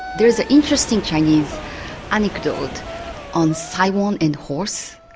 there's an interesting chinese anecdote on sai weng and horse.